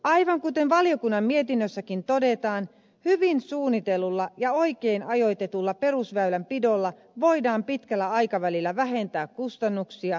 aivan kuten valiokunnan mietinnössäkin todetaan hyvin suunnitellulla ja oikein ajoitetulla perusväylänpidolla voidaan pitkällä aikavälillä vähentää kustannuksia